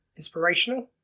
inspirational